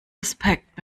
respekt